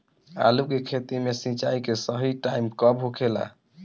आलू के खेती मे सिंचाई के सही टाइम कब होखे ला?